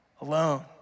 alone